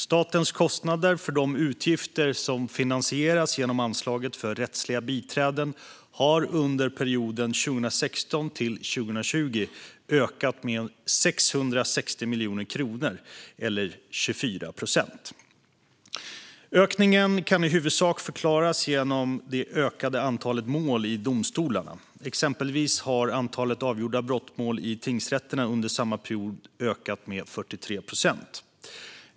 Statens kostnader för de utgifter som finansieras genom anslaget för rättsliga biträden har under perioden 2016-2020 ökat med 660 miljoner kronor eller 24 procent. Ökningen kan i huvudsak förklaras genom det ökade antalet mål i domstolarna. Exempelvis har antalet avgjorda brottmål i tingsrätterna under samma period ökat med 43 procent.